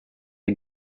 est